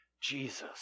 Jesus